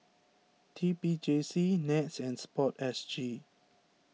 T P J C NETS and Sport S G